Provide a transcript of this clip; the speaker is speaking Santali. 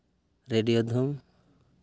ᱨᱮᱰᱤᱭᱳ ᱫᱳᱢ